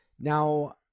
Now